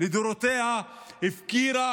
לדורותיהן הפקירו